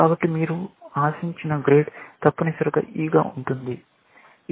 కాబట్టి మీరు ఆశించిన గ్రేడ్ తప్పనిసరిగా E గా ఉంటుంది